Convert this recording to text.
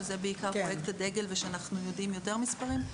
שזה בעיקר פרויקט הדגל ושאנחנו יודעים יותר מספרים.